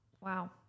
Wow